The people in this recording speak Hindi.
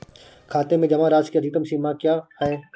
खाते में जमा राशि की अधिकतम सीमा क्या है?